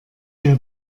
der